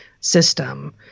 system